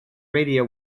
radio